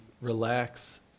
relax